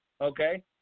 Okay